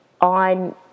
on